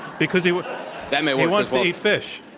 because he wants to eat fish.